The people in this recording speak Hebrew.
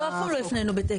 לא, אף פעם לא הפנינו בתקן.